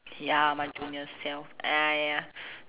ya my junior self !aiya!